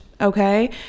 okay